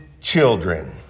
children